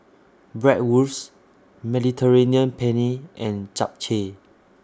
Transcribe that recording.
Bratwurst Mediterranean Penne and Japchae